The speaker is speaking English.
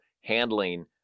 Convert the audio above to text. handling